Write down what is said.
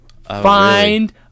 Find